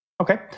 okay